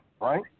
right